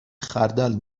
خردل